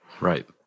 right